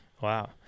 wow